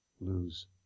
lose